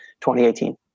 2018